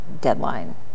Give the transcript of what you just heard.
deadline